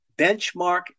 benchmark